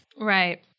Right